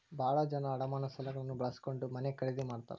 ಭಾಳ ಜನ ಅಡಮಾನ ಸಾಲಗಳನ್ನ ಬಳಸ್ಕೊಂಡ್ ಮನೆ ಖರೇದಿ ಮಾಡ್ತಾರಾ